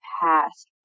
past